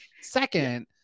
Second